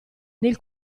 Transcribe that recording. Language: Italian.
nel